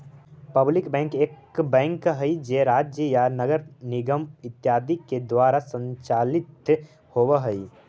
public bank एक bank हइ जे राज्य या नगर निगम इत्यादि के द्वारा संचालित होवऽ हइ